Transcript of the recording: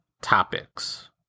topics